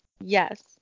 Yes